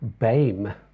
BAME